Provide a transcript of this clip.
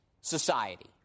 society